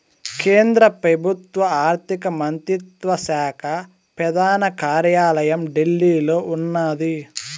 కేంద్ర పెబుత్వ ఆర్థిక మంత్రిత్వ శాక పెదాన కార్యాలయం ఢిల్లీలో ఉన్నాది